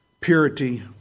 purity